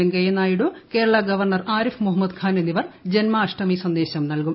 Venkaiah Naidu governor Arif Mohammad Khan എന്നിവർ ജന്മാഷ്ടമി സന്ദ്രേശം നൽകും